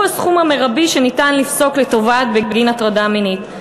שהוא הסכום המרבי שניתן לפסוק לתובעת בגין הטרדה מינית.